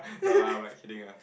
no lah but kidding ah